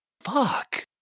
fuck